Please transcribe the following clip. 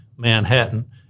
Manhattan